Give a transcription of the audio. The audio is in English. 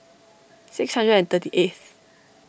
six hundred and thirty eighth